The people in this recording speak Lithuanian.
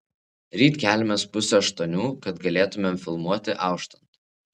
ryt keliamės pusę aštuonių kad galėtumėm filmuoti auštant